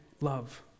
love